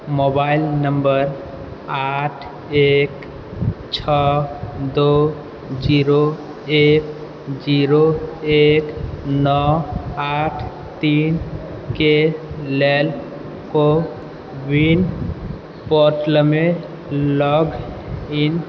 mobile number आठ एक छओ दू जीरो एक जीरो एक नौ आठ तीनके लेल कोविन पोर्टलमे लॉग इन